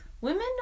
Women